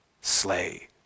slay